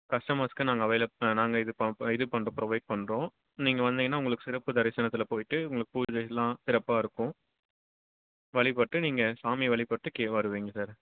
கஸ்டமர்ஸ்க்கு நாங்கள் அவைலப் நாங்கள் இது பார்ப்போம் இது பண்ணுறோம் ப்ரொவைட் பண்றோம் நீங்கள் வந்திங்கனா உங்களுக்கு சிறப்பு தரிசனத்தில் போயிட்டு உங்களுக்கு பூஜைல்லாம் சிறப்பாக இருக்கும் வழிபட்டு நீங்கள் சாமியை வழிபட்டு கீழே வருவிங்க சார்